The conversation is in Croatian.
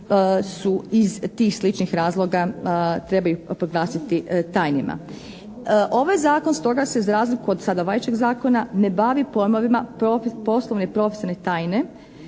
su iz tih sličnih razloga trebaju proglasiti tajnima. Ovaj Zakon stoga se za razliku od sada važećeg Zakona ne bavi pojmovima poslovne i profesionalne tajne.